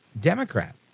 Democrat